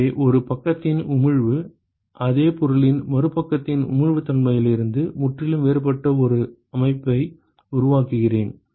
எனவே ஒரு பக்கத்தின் உமிழ்வு அதே பொருளின் மறுபக்கத்தின் உமிழ்வுத்தன்மையிலிருந்து முற்றிலும் வேறுபட்ட ஒரு அமைப்பை உருவாக்குகிறேன்